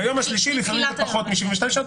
ביום השלישי, לפעמים זה פחות מ-72 שעות.